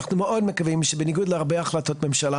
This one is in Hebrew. אנחנו מאוד מקווים שבניגוד להרבה החלטות ממשלה,